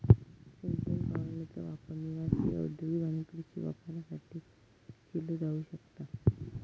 सिंचन फवारणीचो वापर निवासी, औद्योगिक आणि कृषी वापरासाठी केलो जाऊ शकता